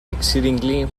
exceedingly